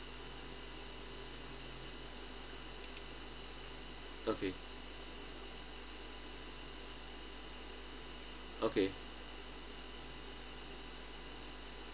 okay okay